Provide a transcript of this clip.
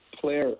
player